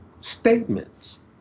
statements